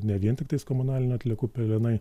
ne vien tiktais komunalinių atliekų pelenai